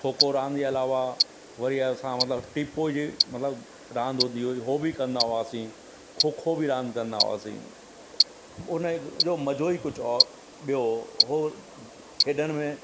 खो खो रांदि जे अलावा वरी असां मतिलबु टीपो जी मतिलबु रांदि हूंदी हुई हो बि कंदा हुआसीं खो खो बि रांदि कंदा हुआसीं उन जो मज़ो ई कुझु हो ॿियो हो खेॾण में